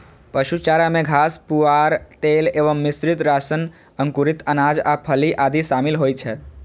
पशु चारा मे घास, पुआर, तेल एवं मिश्रित राशन, अंकुरित अनाज आ फली आदि शामिल होइ छै